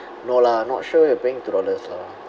no lah not sure you're paying two dollars lah